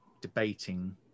Debating